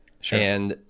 Sure